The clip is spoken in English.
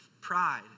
Pride